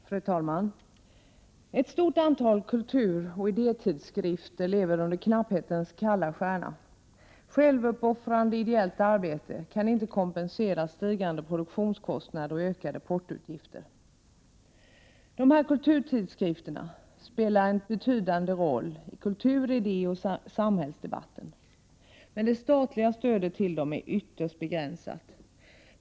Fru talman! Ett stort antal kulturoch idétidskrifter lever under knapphetens kalla stjärna. Självuppoffrande ideellt arbete kan inte kompensera stigande produktionskostnader och ökade portoutgifter. Dessa tidskrifter spelar en betydande roll i kultur-, idé och samhällsdebatten. Det statliga stödet är emellertid ytterst begränsat.